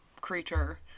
creature